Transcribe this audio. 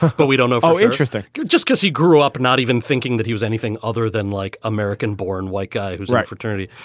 but we don't know. oh, interesting. just guess, he grew up not even thinking that he was anything other than like american born white guy who's right, fraternity.